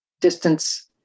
distance